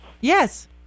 Yes